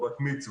או בת מצווה,